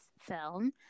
film